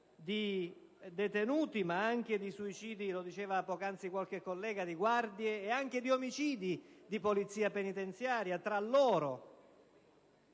di detenuti, ma anche di suicidi, lo diceva poc'anzi qualche collega, di guardie e anche di omicidi tra appartenenti alla